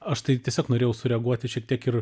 aš tai tiesiog norėjau sureaguoti šiek tiek ir